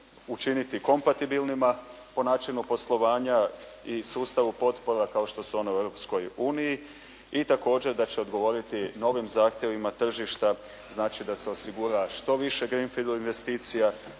učiniti kompatibilnima po načinu poslovanja i sustavu potpora kao što su one u Europskoj uniji i također da će odgovoriti novim zahtjevima tržišta. Znači da se osigura što više «green field» investicija,